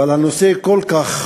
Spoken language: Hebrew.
אבל הנושא כל כך